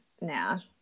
now